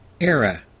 era